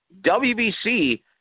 WBC